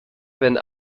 wenn